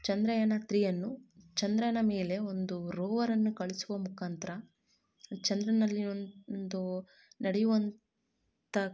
ಚಂದ್ರಯಾನ ತ್ರೀಯನ್ನು ಚಂದ್ರನ ಮೇಲೆ ಒಂದು ರೋವರನ್ನು ಕಳಿಸುವ ಮುಖಾಂತರ ಚಂದ್ರನಲ್ಲಿ ಒಂದು ನಡೆಯುವಂಥ